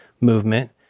movement